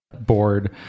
board